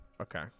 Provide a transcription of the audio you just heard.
Okay